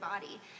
body